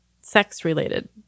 sex-related